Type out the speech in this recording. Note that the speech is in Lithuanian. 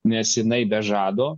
nes jinai be žado